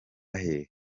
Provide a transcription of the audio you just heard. hehe